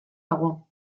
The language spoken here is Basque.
dago